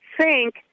sink